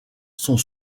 sont